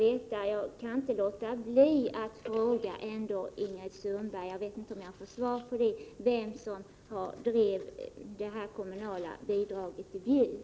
Sedan kan jag inte låta bli att fråga Ingrid Sundberg —- även om jag inte vet om jag får något svar — vem som drev frågan om kommunalt bidrag i Bjuvs kommun.